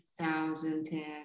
2010